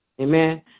amen